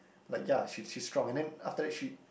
like ya she she's strong and then after that she